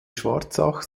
schwarzach